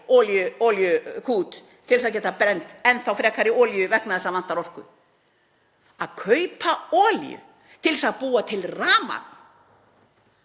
olíukút til að geta brennt enn þá frekari olíu vegna þess að það vantar orku. Að kaupa olíu til að búa til rafmagn